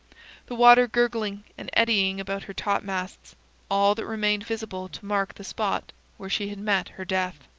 the water gurgling and eddying about her topmasts, all that remained visible to mark the spot where she had met her death.